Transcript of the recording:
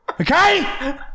Okay